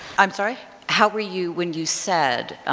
i'm sorry how were you, when you said,